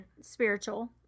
spiritual